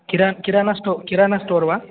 किरा kirana store kirana store वा